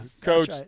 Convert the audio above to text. Coach